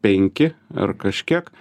penki ar kažkiek